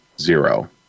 Zero